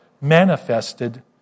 manifested